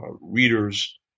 readers